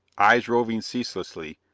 eyes roving ceaselessly,